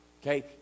Okay